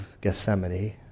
Gethsemane